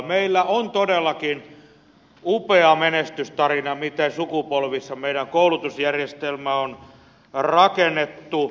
meillä on todellakin upea menestystarina miten sukupolvissa meidän koulutusjärjestelmäämme on rakennettu